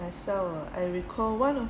myself ah I recall one of